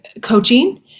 coaching